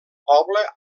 poble